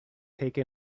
take